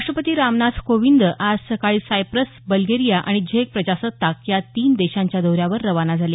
राष्टपति रामनाथ कोविंद आज सकाळी Cyprus Bulgaria आणि झेक प्रजासत्ताक या तीन देशांच्या दौऱ्यावर रवाना झाले